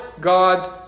God's